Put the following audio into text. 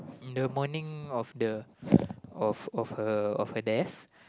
in the morning of the of of her of her death